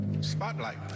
Spotlight